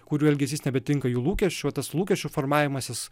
kurių elgesys nebetinka į lūkesčių tas lūkesčių formavimasis